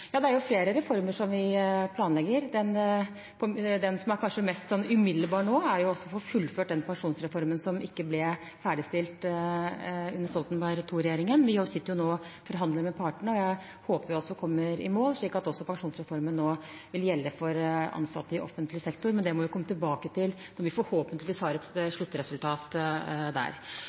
Ja, vi planlegger flere reformer. Det kanskje mest umiddelbare nå er å få fullført den pensjonsreformen som ikke ble ferdigstilt under Stoltenberg II-regjeringen. Vi sitter nå og forhandler med partene, og jeg håper vi kommer i mål, slik at pensjonsreformen også vil gjelde for ansatte i offentlig sektor. Men det må vi komme tilbake til når vi forhåpentligvis har et sluttresultat der.